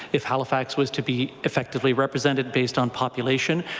if halifax was to be effectively represented based on population,